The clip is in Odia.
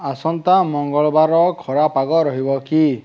ଆସନ୍ତା ମଙ୍ଗଳବାର ଖରା ପାଗ ରହିବ କି